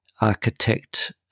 architect